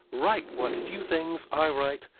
write what few things i write,